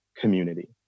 community